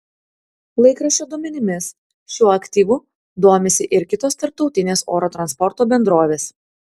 laikraščio duomenimis šiuo aktyvu domisi ir kitos tarptautinės oro transporto bendrovės